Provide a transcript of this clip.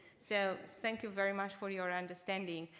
so thank you very much for your understanding.